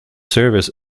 service